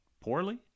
poorly